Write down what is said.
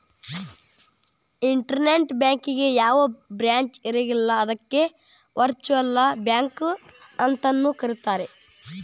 internet ಬ್ಯಾಂಕಿಗೆ ಯಾವ್ದ branch ಇರಂಗಿಲ್ಲ ಅದಕ್ಕ ವರ್ಚುಅಲ್ ಬ್ಯಾಂಕ ಅಂತನು ಕರೇತಾರ